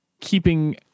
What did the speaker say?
keeping